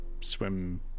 swim